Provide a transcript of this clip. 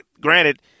granted